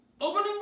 Opening